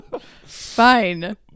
fine